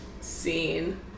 scene